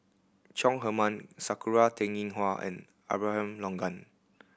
Chong Heman Sakura Teng Ying Hua and Abraham Logan